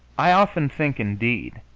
i often think, indeed,